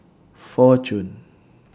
Fortune